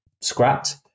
scrapped